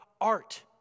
art